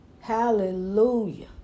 Hallelujah